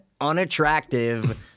unattractive